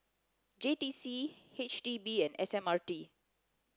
J T C H D B and S M R T